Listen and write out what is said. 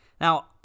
now